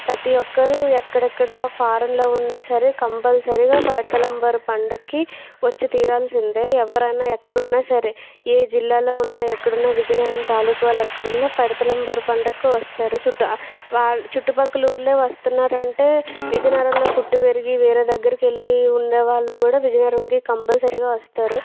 ప్రతి ఒక్కరు ఎక్కడెక్కడ ఫారెన్లో ఉన్న సరే కంపల్సరిగా పైడితల్లమ్మవారి పండుగకి వచ్చి తీరాల్సిందే ఎవరైనా ఎక్కడ ఉన్నా సరే ఏ జిల్లాలో ఉన్న ఎక్కడున్న విజయనగరం తాలూకా వాళ్ళు ఎక్కడ ఉన్న పైడితల్లి అమ్మవారి పండుకి వస్తారు చుట్టూ చుట్టుపక్కల ఊళ్ళో వస్తున్నారంటే విజయనగరంలో పుట్టి పెరిగి వేరే దగ్గరికి వెళ్ళి ఉండేవాళ్ళు కూడా విజయనగరంకి కంపల్సరిగా వస్తారు